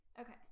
okay